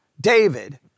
David